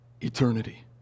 Eternity